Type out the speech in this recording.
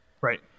Right